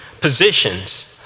positions